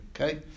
okay